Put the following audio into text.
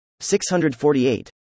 648